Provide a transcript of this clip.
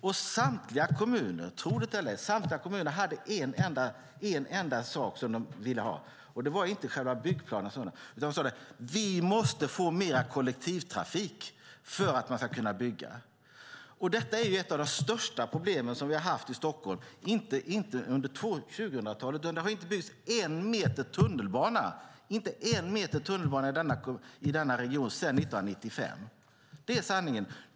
Och samtliga kommuner, tro det eller ej, hade en enda sak som de ville ha, och det var inte byggplaner och liknande, utan de sade: Vi måste få mer kollektivtrafik för att kunna bygga. Ett av de största problem som vi har haft i Stockholm under 2000-talet är att det i denna region inte har byggts en meter tunnelbana, inte sedan 1995. Det är sanningen.